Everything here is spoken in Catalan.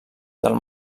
del